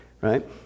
right